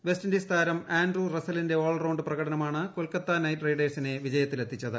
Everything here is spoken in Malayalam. വെസ്റ്റ് ഇൻഡീസ് താരം ആൻഡ്രൂ റസ്സലിന്റെ ഓൾ റൌ ് പ്രകടനമാണ് കൊൽക്കത്ത നൈറ്റ് റൈഡേഴ്സിനെ വിജയത്തിലെത്തിച്ചത്